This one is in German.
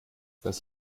das